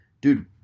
dude